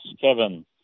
Kevin